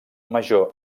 major